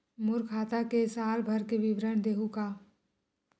मोर खाता के साल भर के विवरण देहू का?